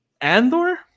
Andor